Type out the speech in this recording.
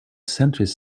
centrist